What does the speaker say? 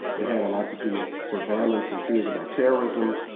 it had a lot to do with surveillance and fears about terrorism.